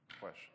question